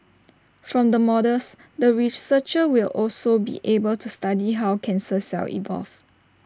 from the models the researchers will also be able to study how cancer cells evolve